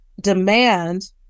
demand